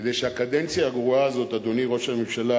כדי שהקדנציה הגרועה הזאת, אדוני ראש הממשלה,